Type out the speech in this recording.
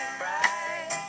bright